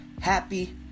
Happy